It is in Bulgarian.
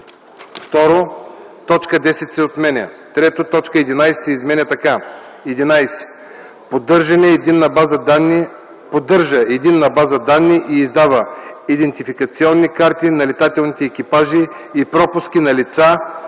2. Точка 10 се отменя. 3. Точка 11 се изменя така: „11. поддържа единна база данни и издава идентификационни карти на леталните екипажи и пропуски на лица,